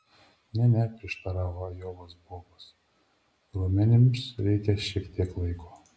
ne ne prieštaravo ajovos bobas raumenims reikia šiek tiek laiko